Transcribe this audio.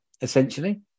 essentially